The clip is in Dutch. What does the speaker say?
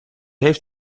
heeft